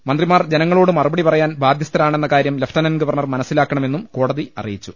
മന്ത്രിമാർ ജനങ്ങളോട് മറുപടി പറയാൻ ബാധ്യസ്ഥരാണെന്ന കാര്യം ലഫ്റ്റനന്റ് ഗവർണർ മനസ്സിലാക്ക ണമെന്നും കോടതി അറിയിച്ചു